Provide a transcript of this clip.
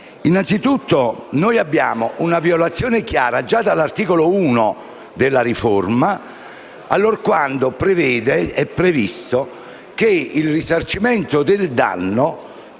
Innanzitutto, noi abbiamo una violazione chiara, già dall'articolo 1 della riforma, allorquando è previsto che il risarcimento del danno,